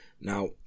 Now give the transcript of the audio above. Now